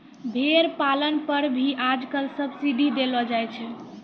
भेड़ पालन पर भी आजकल सब्सीडी देलो जाय छै